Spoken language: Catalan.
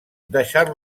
deixar